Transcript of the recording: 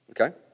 Okay